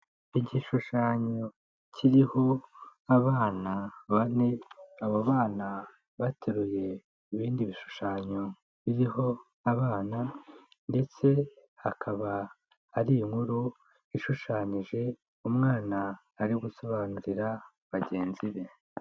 Igishushanyo kiriho abana bane, aba bana bateruye ibindi bishushanyo biriho abana, ndetse akaba hari inkuru ishushanyije, umwana ari gusobanurira bagenzi be.